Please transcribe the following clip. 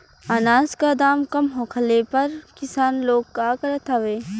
अनाज क दाम कम होखले पर किसान लोग का करत हवे?